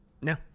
no